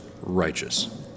righteous